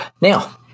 Now